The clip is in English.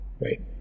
right